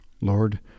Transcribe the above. Lord